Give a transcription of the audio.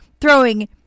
throwing